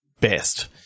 best